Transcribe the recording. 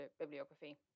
bibliography